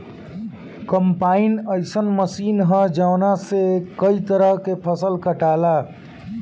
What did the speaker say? combine अइसन machine ह जवना से कए तरह के फसल कटाला